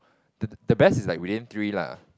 the the best is like within three lah